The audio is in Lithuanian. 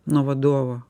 nuo vadovo